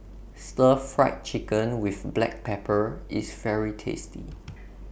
Stir Fried Chicken with Black Pepper IS very tasty